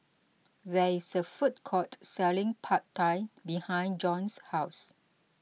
there is a food court selling Pad Thai behind Jon's house